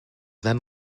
then